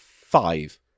Five